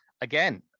again